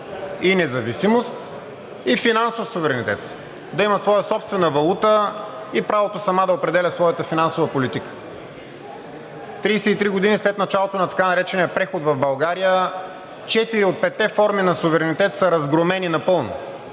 и независимост и финансов суверенитет – да има своя собствена валута, и правото сама да определя своята финансова политика. 33 години след началото на така наречения преход в България четири от петте форми на суверенитет са разгромени напълно.